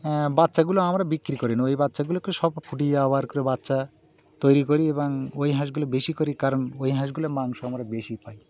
বাচ্চাগুলো আমরা বিক্রি করিনি ওই বাচ্চাগুলোকে সব ফুটিয়ে আবার করে বাচ্চা তৈরি করি এবং ওই হাঁসগুলো বেশি করি কারণ ওই হাঁসগুলো মাংস আমরা বেশি পাই